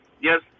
Yes